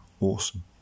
awesome